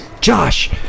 Josh